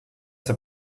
zur